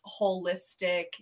holistic